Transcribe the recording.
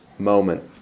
moment